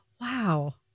Wow